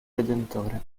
redentore